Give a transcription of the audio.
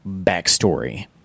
backstory